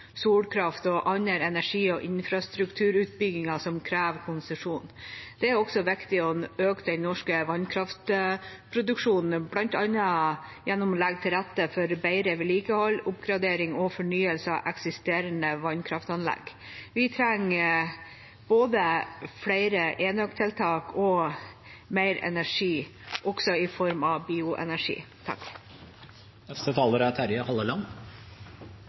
solkraft og andre energi- og infrastrukturutbygginger som krever konsesjon. Det er også viktig å øke den norske vannkraftproduksjonen, bl.a. gjennom å legge til rette for bedre vedlikehold, oppgradering og fornyelse av eksisterende vannkraftanlegg. Vi trenger både flere enøktiltak og mer energi, også i form av bioenergi.